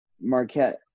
Marquette